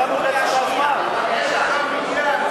יש עכשיו מניין,